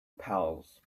pals